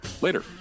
later